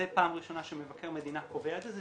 זה פעם ראשונה שמבקר מדינה קובע את זה,